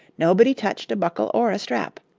nobody touched a buckle or a strap.